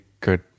good